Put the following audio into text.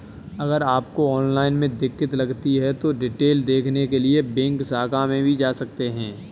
अगर आपको ऑनलाइन में दिक्कत लगती है तो डिटेल देखने के लिए बैंक शाखा में भी जा सकते हैं